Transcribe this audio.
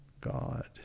God